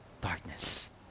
darkness